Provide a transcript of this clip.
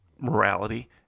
morality